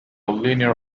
linear